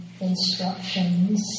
instructions